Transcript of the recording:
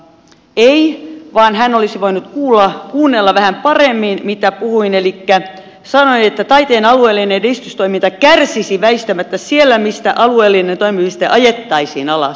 ei vaan hän olisi voinut kuunnella vähän paremmin mitä puhuin elikkä sanoin että taiteen alueellinen edistystoiminta kärsisi väistämättä siellä mistä alueellinen toimipiste ajettaisiin alas